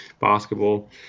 basketball